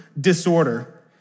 disorder